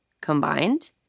combined